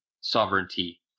sovereignty